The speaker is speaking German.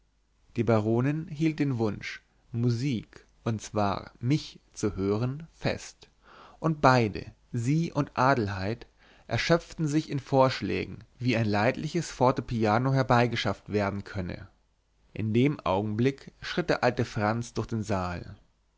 die baronin hielt den wunsch musik und zwar mich zu hören fest und beide sie und adelheid erschöpften sich in vorschlägen wie ein leidliches fortepiano herbeigeschafft werden könne in dem augenblick schritt der alte franz durch den saal